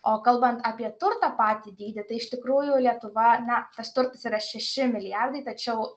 o kalbant apie turto patį dydį tai iš tikrųjų lietuva na tas turtas yra šeši milijardai tačiau